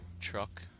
Truck